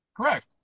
Correct